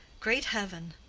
great heaven!